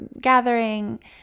gathering